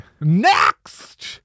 NEXT